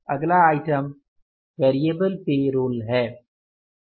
अगला item variable payroll है